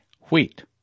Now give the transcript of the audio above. wheat